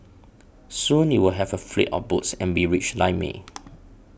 soon you'd have a fleet of boats and be rich like me